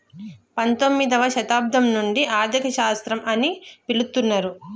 పంతొమ్మిదవ శతాబ్దం నుండి ఆర్థిక శాస్త్రం అని పిలుత్తున్నరు